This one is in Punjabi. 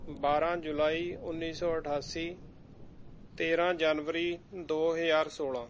ਬਾਰ੍ਹਾਂ ਜੁਲਾਈ ਉੱਨੀ ਸੌ ਅਠਾਸੀ ਤੇਰ੍ਹਾਂ ਜਨਵਰੀ ਦੋ ਹਜ਼ਾਰ ਸੋਲ੍ਹਾਂ